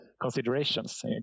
considerations